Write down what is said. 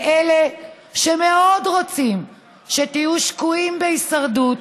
לאלה שמאוד רוצים שתהיו שקועים בהישרדות,